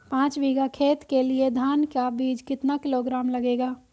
पाँच बीघा खेत के लिये धान का बीज कितना किलोग्राम लगेगा?